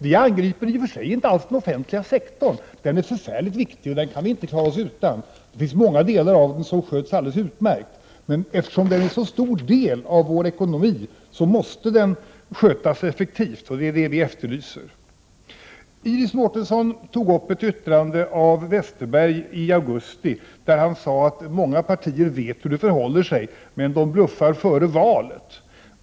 Vi angriper i och för sig inte alls den offentliga sektorn, för den är ju förfärligt viktig och någonting som vi inte klarar oss utan. Många delar av den sköts alldeles utmärkt, men eftersom den utgör en så stor del av vår ekonomi måste den skötas effektivt. Detta efterlyser vi. Iris Mårtensson tog upp ett uttalande av Bengt Westerberg i augusti. Han sade att många partier vet hur det förhåller sig men bluffar före valet.